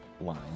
line